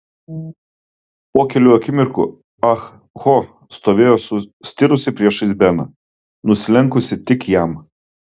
po kelių akimirkų ah ho stovėjo sustirusi priešais beną nusilenkusi tik jam